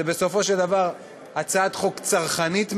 זו בסופו של דבר הצעת חוק צרכנית מאוד,